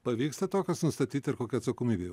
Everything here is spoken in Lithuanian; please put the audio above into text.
pavyksta tokias nustatyti ir kokia atsakomybė